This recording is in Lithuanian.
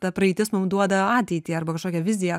ta praeitis mum duoda ateitį arba kažkokią viziją